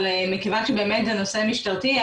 אבל מכיוון שזה באמת נושא משטרתי,